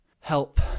help